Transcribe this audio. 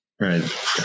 right